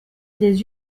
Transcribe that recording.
des